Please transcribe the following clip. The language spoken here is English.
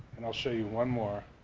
and i'll show you one more